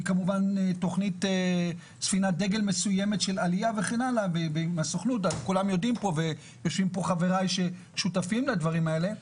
היא כמובן ספינת דגל של עליה ויושבים פה חברי ששותפים לדברים האלה,